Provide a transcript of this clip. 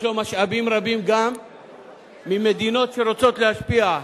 יש לו משאבים רבים גם ממדינות שרוצות להשפיע,